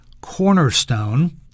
cornerstone